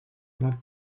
plein